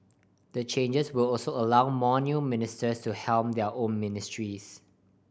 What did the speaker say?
the changes will also allow more new ministers to helm their own ministries